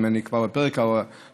ואם אני כבר בפרק ההודאה,